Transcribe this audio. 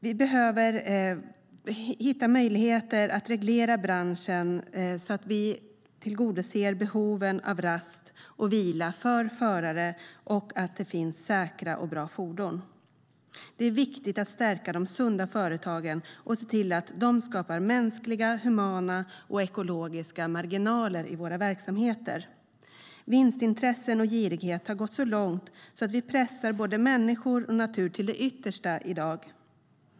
Vi behöver hitta möjligheter att reglera branschen så att man tillgodoser behoven av rast och vila för förare och ser till att det finns säkra och bra fordon. Det är viktigt att stärka de sunda företagen och se till att de skapar mänskliga, humana och ekologiska marginaler i våra verksamheter. Vinstintressen och girighet har gått så långt att vi i dag pressar både människor och natur till det yttersta.